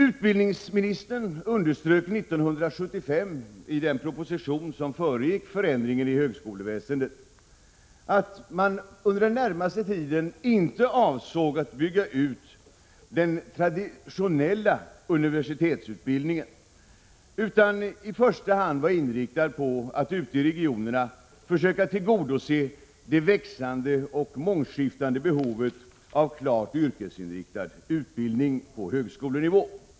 Utbildningsministern underströk 1975 i propositionen om förändringen av högskoleväsendet att man under den närmaste tiden inte avsåg att bygga ut den traditionella universitetsutbildningen utan i första hand var inriktad på att ute i regionerna försöka tillgodose det växande och mångskiftande behovet av klart yrkesinriktad utbildning på högskolenivå.